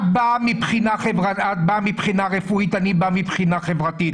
את באה מבחינה רפואית, אני בא מבחינה חברתית.